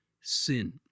sin